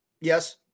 Yes